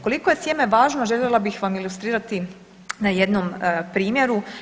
Koliko je sjeme važno željela bih vam ilustrirati na jednom primjeru.